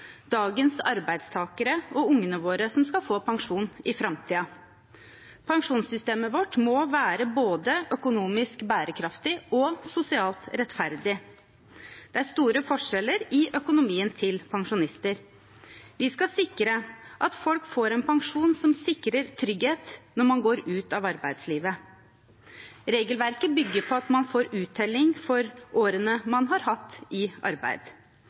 dagens pensjonister, dagens arbeidstakere og barna våre, som skal få pensjon i framtiden. Pensjonssystemet vårt må være både økonomisk bærekraftig og sosialt rettferdig. Det er store forskjeller i økonomien til pensjonister. Vi skal sikre at folk får en pensjon som sikrer trygghet når man går ut av arbeidslivet. Regelverket bygger på at man får uttelling for årene man har hatt i arbeid.